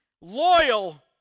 loyal